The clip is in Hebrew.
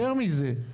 יותר מזה,